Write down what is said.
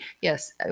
yes